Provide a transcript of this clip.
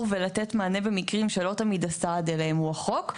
ולתת מענה במקרים שלא תמיד הסעד אליהם הוא החוק,